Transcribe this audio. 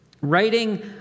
writing